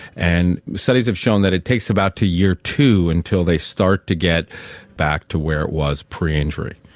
and studies have shown that it takes about to year two until they start to get back to where it was pre injury.